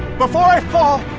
before i fall.